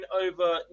over